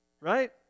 right